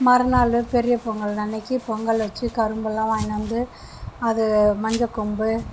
மறுநாள் பெரிய பொங்கல் அன்னிக்கி பொங்கல் வச்சு கரும்பெல்லாம் வாங்கினு வந்து அது மஞ்சள் கொம்பு